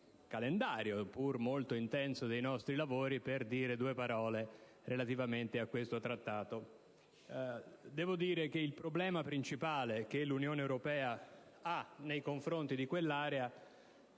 calendario, pur molto intenso, dei nostri lavori, per dire due parole relativamente a questo Accordo. Il problema principale che l'Unione europea ha nei confronti di quell'area